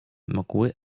mgły